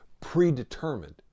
predetermined